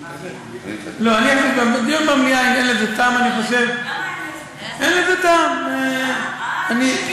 לא, דיון במליאה, אין לזה טעם, אני חושב.